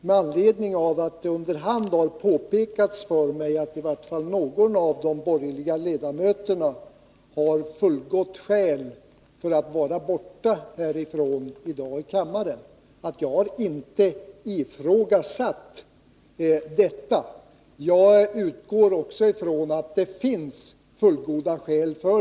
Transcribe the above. Med anledning av att det under hand har påpekats för mig att i varje fall någon av de borgerliga ledamöterna har fullgott skäl för att vara borta från kammaren i dag vill jag säga, att jag inte har ifrågasatt detta. Jag utgår från att det finns fullgoda skäl.